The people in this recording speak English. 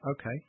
Okay